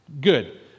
Good